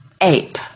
ape